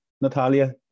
Natalia